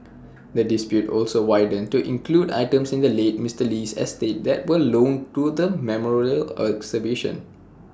the dispute also widened to include items in the late Mister Lee's estate that were loaned to the memorial exhibition